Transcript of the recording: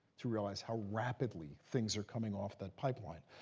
to realize how rapidly things are coming off the pipeline.